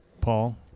Paul